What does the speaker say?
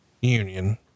union